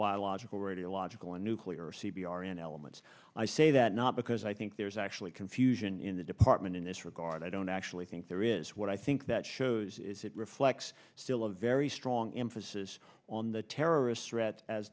biological radiological and nuclear c b r and elements i say that not because i think there is actually confusion in the department in this regard i don't actually think there is what i think that shows is it reflects still a very strong emphasis on the terrorist threat as